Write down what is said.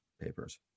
papers